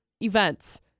events